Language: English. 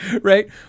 right